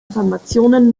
informationen